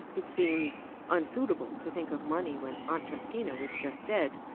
it seemed unsuitable to think of money when aunt justina was just dead,